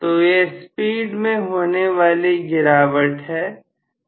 तो यह स्पीड में होने वाली गिरावट है